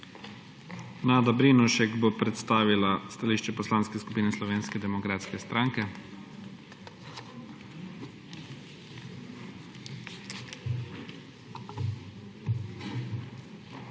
Zavadlav Ušaj bo predstavila stališče Poslanske skupine Slovenske demokratske stranke.